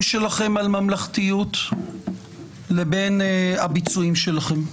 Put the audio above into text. שלכם על ממלכתיות לבין הביצועים שלכם.